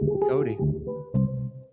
Cody